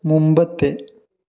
മുമ്പത്തെ